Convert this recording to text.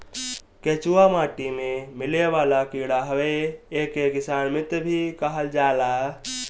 केचुआ माटी में मिलेवाला कीड़ा हवे एके किसान मित्र भी कहल जाला